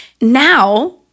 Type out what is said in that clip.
now